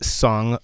song